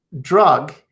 drug